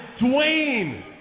Dwayne